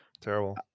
terrible